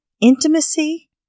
intimacy